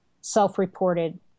self-reported